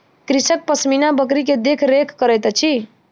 कृषक पश्मीना बकरी के देख रेख करैत अछि